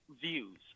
views